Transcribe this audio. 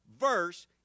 verse